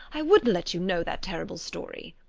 i wouldn't let you know that terrible story!